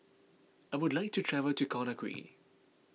I would like to travel to Conakry